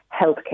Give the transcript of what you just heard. healthcare